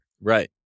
Right